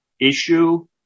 issue